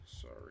sorry